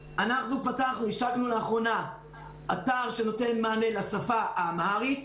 השקנו לאחרונה אתר שנותן מענה לשפה האמהרית.